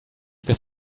this